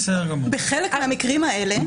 בחלק מהמקרים האלה,